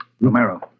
Romero